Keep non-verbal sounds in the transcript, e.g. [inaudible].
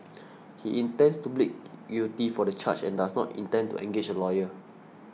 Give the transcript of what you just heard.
he intends to plead [noise] guilty for the charge and does not intend to engage a lawyer